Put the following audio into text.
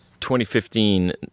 2015